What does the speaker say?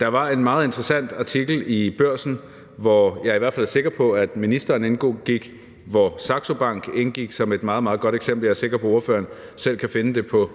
Der var en meget interessant artikel i Børsen, hvori jeg i hvert fald er sikker på ministeren indgik, og hvor Saxo Bank indgik som et meget, meget godt eksempel – jeg er sikker på, at ordføreren selv kan finde det på